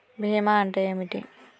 బీమా అంటే ఏమిటి?